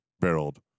barreled